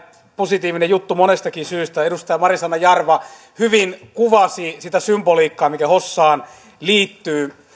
positiivinen juttu monestakin syystä edustaja marisanna jarva hyvin kuvasti sitä symboliikkaa mikä hossaan liittyy myös